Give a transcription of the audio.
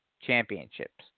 championships